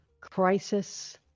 crisis